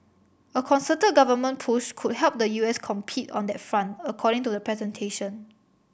a concerted government push could help the U S compete on that front according to the presentation